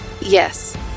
yes